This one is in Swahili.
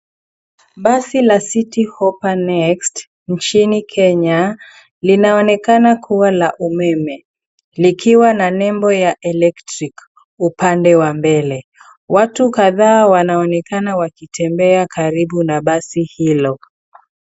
Basi la Citi Hoppa Next nchini Kenya, linaonekana kuwa la umeme likiwa na nembo ya electric upande wa mbele. Watu kadhaa wanaonekana wakitembea karibu na basi hilo.